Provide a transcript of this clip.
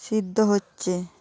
সিদ্ধ হচ্ছে